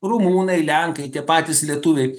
rumunai lenkai tie patys lietuviai